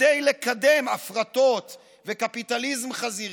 כדי לקדם הפרטות וקפיטליזם חזירי,